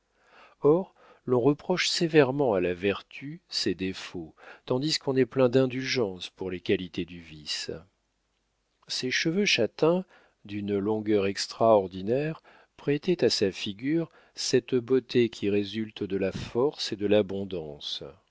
or l'on reproche sévèrement à la vertu ses défauts tandis qu'on est plein d'indulgence pour les qualités du vice ses cheveux châtains d'une longueur extraordinaire prêtaient à sa figure cette beauté qui résulte de la force et de l'abondance